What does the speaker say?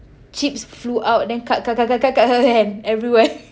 chips flew out then cut cut cut cut cut cut her hand everywhere